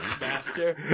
master